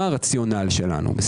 מה הרציונל שלנו,